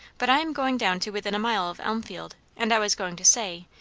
but i am going down to within a mile of elmfield and i was going to say,